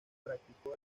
practicó